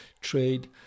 trade